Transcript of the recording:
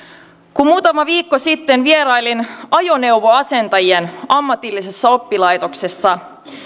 kun muutama viikko sitten vierailin ajoneuvoasentajien ammatillisessa oppilaitoksessa